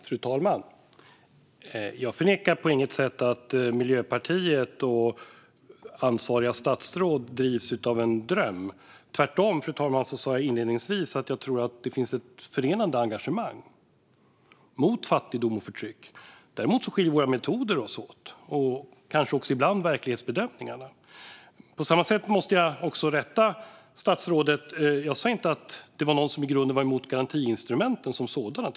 Fru talman! Jag förnekar på inget sätt att Miljöpartiet och ansvariga statsråd drivs av en dröm. Tvärtom, fru talman, sa jag inledningsvis att jag tror att det finns ett förenande engagemang mot fattigdom och förtryck. Däremot skiljer våra metoder oss åt, och kanske ibland också verklighetsbedömningarna. På samma sätt måste jag rätta statsrådet: Jag sa inte att det var någon som i grunden var emot garantiinstrumenten som sådana.